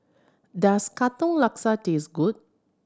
does Katong Laksa taste good